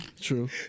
true